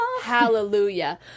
hallelujah